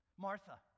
Martha